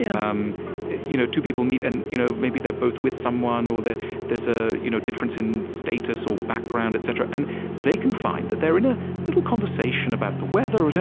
yeah um you know two people meet, and you know maybe they're both with someone, or there's a you know difference in status or background, etc, and they can find that they're in a little conversation about the weather,